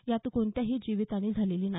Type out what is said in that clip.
यात कोणतीही जीवितहानी झालेली नाही